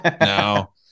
No